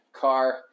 car